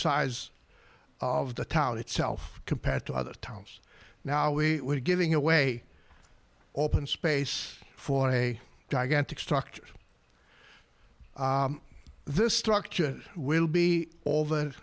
size of the town itself compared to other towns now we are giving away open space for a gigantic structure this structure will be all th